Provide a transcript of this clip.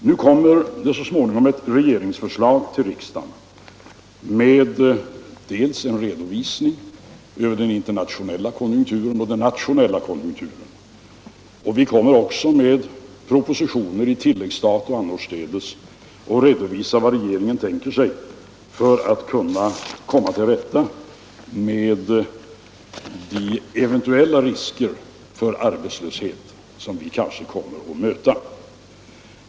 Nu kommer så småningom ett regeringsförslag till riksdagen med en redovisning över den internationella och nationella konjunkturen. Vi kommer även med propositioner, i tilläggsstat och annorstädes, att redovisa vad regeringen tänker sig för att kunna komma till rätta med de eventuella risker för arbetslöshet som kan möta.